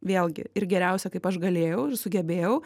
vėlgi ir geriausia kaip aš galėjau ir sugebėjau